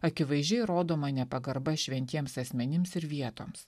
akivaizdžiai rodoma nepagarba šventiems asmenims ir vietoms